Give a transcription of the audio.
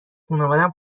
خانوادم